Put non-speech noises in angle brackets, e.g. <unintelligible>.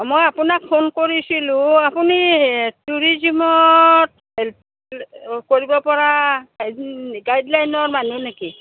মই আপোনাক ফোন কৰিছিলোঁ আপুনি ট্য়ুৰিজিমত <unintelligible> কৰিব পৰা <unintelligible> গাইডলাইনৰ মানুহ নেকি